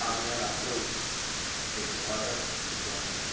अहं यत् रात्रौ अत्र एकम् आर्डर् कृत्वान् आसं